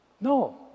No